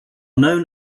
known